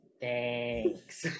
thanks